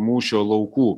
mūšio laukų